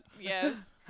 Yes